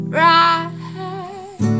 right